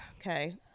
Okay